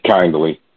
kindly